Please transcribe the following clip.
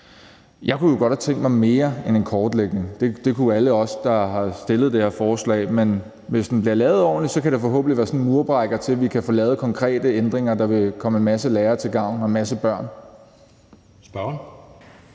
Jeg kunne jo godt have tænkt mig mere end en kortlægning. Det kunne alle os, der har fremsat det her forslag, men hvis den bliver lavet ordentligt, så kan det forhåbentlig være sådan en murbrækker til, at vi kan få lavet konkrete ændringer, der vil komme en masse lærere og en masse børn til gavn.